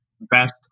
best